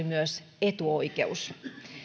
myös etuoikeus